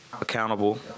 accountable